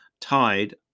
tied